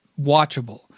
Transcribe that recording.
watchable